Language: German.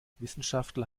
wissenschaftler